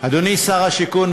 והשיכון,